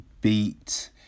beat